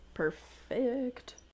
Perfect